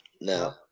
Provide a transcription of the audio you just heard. No